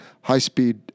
high-speed